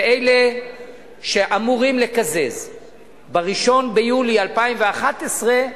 ואלה שאמורים לקזז ב-1 ביולי 2011,